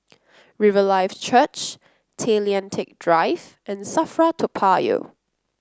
Riverlife Church Tay Lian Teck Drive and Safra Toa Payoh